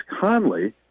Conley